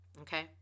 okay